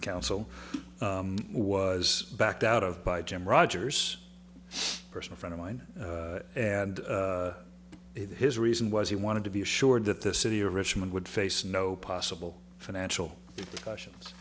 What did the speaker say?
council was backed out of by jim rogers a personal friend of mine and his reason was he wanted to be assured that the city of richmond would face no possible financial questions